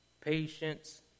patience